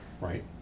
right